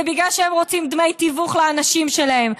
ובגלל שהם רוצים דמי תיווך לאנשים שלהם,